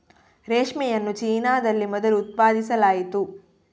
ರೇಷ್ಮೆಯನ್ನು ಚೀನಾದಲ್ಲಿ ಮೊದಲು ಉತ್ಪಾದಿಸಲಾಯಿತು